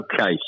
Okay